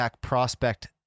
prospect